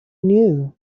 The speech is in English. knew